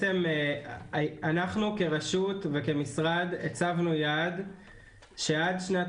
אנחנו כרשות וכמשרד הצבנו יעד שעד שנת